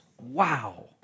Wow